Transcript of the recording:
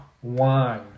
One